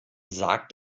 sagt